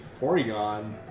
Porygon